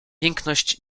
piękność